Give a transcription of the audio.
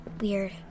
Weird